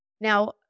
Now